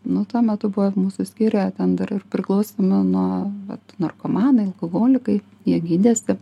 nu tuo metu buvo mūsų skyriuje ten dar ir priklausomi nuo vat narkomanai alkoholikai jie gydėsi